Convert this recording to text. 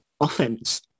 offense